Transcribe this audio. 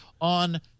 on